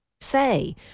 say